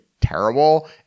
terrible